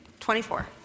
24